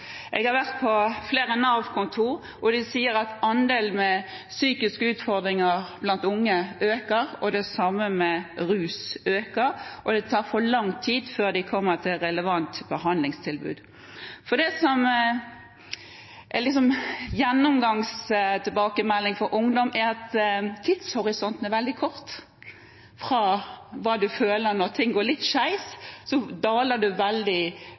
Jeg har vært på flere Nav-kontorer, og de sier at andelen unge med psykiske utfordringer øker, og det samme gjelder for rus; det øker, og det tar for lang tid før de kommer til relevant behandlingstilbud. En gjennomgangstilbakemelding for ungdom er at tidshorisonten er veldig kort fra hva en føler når ting går litt skeis, til at en daler veldig